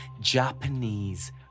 Japanese